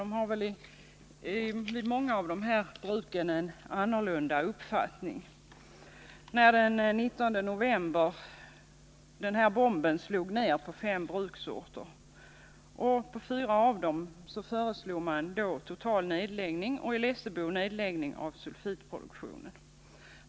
De anställda vid många av de här bruken har en annan uppfattning än konsulten. Den 19 november slog bomben ner på fem bruksorter. På fyra av dem innebar förslaget en total nedläggning och i Lessebo en nedläggning av sulfitproduktionen.